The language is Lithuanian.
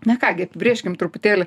na ką gi apibrėžkim truputėlį